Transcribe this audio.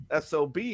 SOB